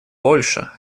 польша